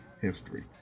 history